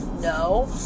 No